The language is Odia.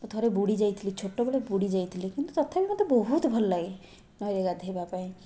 ତ ଥରେ ବୁଡ଼ି ଯାଇଥିଲି ଛୋଟବେଳେ ବୁଡ଼ି ଯାଇଥିଲି କିନ୍ତୁ ତଥାପି ମୋତେ ବହୁତ ଭଲଲାଗେ ନଈରେ ଗାଧେଇବା ପାଇଁ